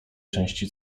części